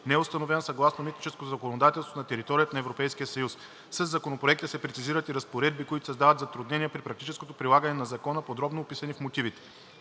неустановен съгласно митническото законодателство на територията на Европейския съюз. Със Законопроекта се прецизират и разпоредби, които създават затруднения при практическото прилагане на Закона, подробно описани в мотивите.